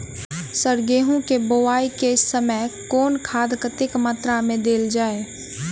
Sir गेंहूँ केँ बोवाई केँ समय केँ खाद कतेक मात्रा मे देल जाएँ?